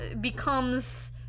becomes